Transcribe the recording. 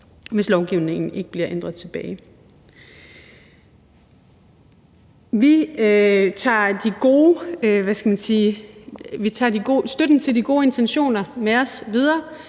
hvis lovgivningen ikke bliver ændret tilbage. Vi tager støtten til de gode intentioner med os videre